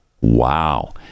Wow